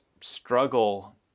struggle